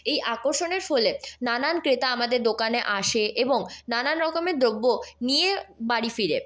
এই আকর্ষণের ফলে নানান ক্রেতা আমাদের দোকানে আসে এবং নানান রকমের দ্রব্য নিয়ে বাড়ি ফেরে